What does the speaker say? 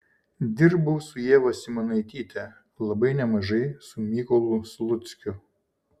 dirbau su ieva simonaityte labai nemažai su mykolu sluckiu